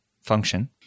function